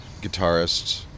guitarists